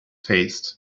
faced